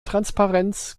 transparenz